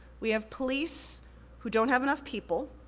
we have police who don't have enough people,